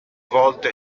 volte